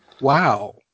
Wow